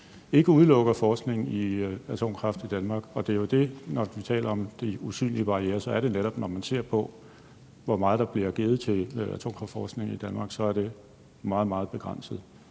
ikke udelukker forskning i atomkraft i Danmark, og når vi taler om de usynlige barrierer, så kan det netop ses på, hvor meget der bliver givet til atomkraftforskning i Danmark, og det er meget, meget begrænset,